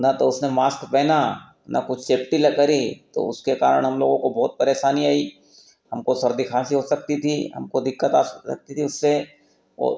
न तो उसने मास्क पहना ना कुछ सेफ्टी करी तो उसके कारण हम लोगों को बहुत परेशानी आई हमको सर्दी खाँसी हो सकती थी हमको दिक्कत आ सकती थी उससे ओ